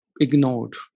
ignored